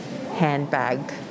handbag